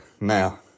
Now